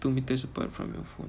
two metres apart from your phone